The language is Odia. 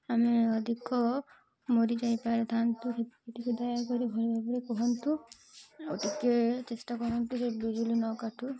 ଆମେ ଅଧିକ ମରି ଯାଇପାରିଥାନ୍ତୁ ସେଇଟିକୁ ଦୟାକରି ଭଲ ଭାବରେ କୁହନ୍ତୁ ଆଉ ଟିକେ ଚେଷ୍ଟା କରନ୍ତୁ ଯେ ବିଜୁଳି ନକାଟୁ